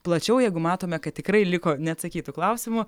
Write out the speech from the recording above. plačiau jeigu matome kad tikrai liko neatsakytų klausimų